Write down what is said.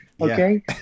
okay